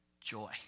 joy